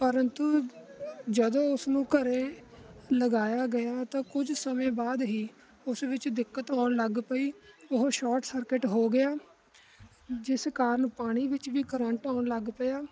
ਪਰੰਤੂ ਜਦੋਂ ਉਸਨੂੰ ਘਰ ਲਗਾਇਆ ਗਿਆ ਤਾਂ ਕੁਝ ਸਮੇਂ ਬਾਅਦ ਹੀ ਉਸ ਵਿੱਚ ਦਿੱਕਤ ਆਉਣ ਲੱਗ ਪਈ ਉਹ ਸ਼ੋਰਟ ਸਰਕਿਟ ਹੋ ਗਿਆ ਜਿਸ ਕਾਰਨ ਪਾਣੀ ਵਿੱਚ ਵੀ ਕਰੰਟ ਆਉਣ ਲੱਗ ਪਿਆ